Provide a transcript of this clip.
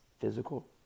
physical